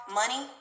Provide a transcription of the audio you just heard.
money